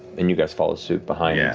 and you guys follow suit behind, yeah